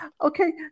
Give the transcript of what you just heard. okay